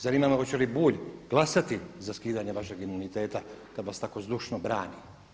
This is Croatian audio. Zanima me hoće li Bulj glasati za skidanje vašeg imuniteta kada vas tako zdušno brani.